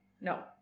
No